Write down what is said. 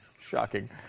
Shocking